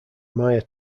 maya